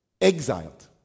exiled